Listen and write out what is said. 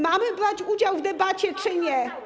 Mamy brać udział w debacie, czy nie?